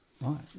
Right